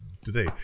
today